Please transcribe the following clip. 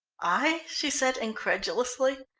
i? she said incredulously.